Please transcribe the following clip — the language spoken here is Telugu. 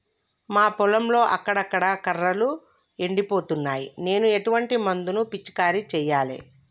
మా పొలంలో అక్కడక్కడ కర్రలు ఎండిపోతున్నాయి నేను ఎటువంటి మందులను పిచికారీ చెయ్యాలే?